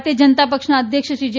નઙા ભારતીય જનતા પક્ષના અધ્યક્ષ શ્રી જે